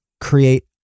create